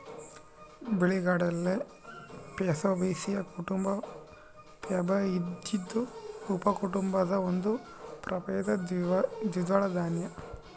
ಬಿಳಿಗಡಲೆ ಪ್ಯಾಬೇಸಿಯೀ ಕುಟುಂಬ ಪ್ಯಾಬಾಯ್ದಿಯಿ ಉಪಕುಟುಂಬದ ಒಂದು ಪ್ರಭೇದ ದ್ವಿದಳ ದಾನ್ಯ